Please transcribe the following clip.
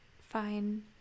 fine